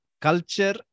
culture